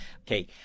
okay